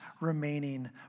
remaining